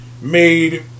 made